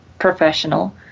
professional